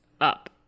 up